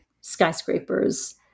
skyscrapers